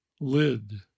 Lid